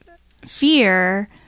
fear